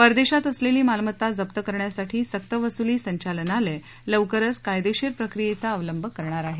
परदेशात असलेली मालमत्ता जप्त करण्यासाठी सक्त वसुली संचालनालय लवकरचं कायदेशीर प्रक्रियाचा अवलंब करणार आहे